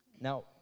Now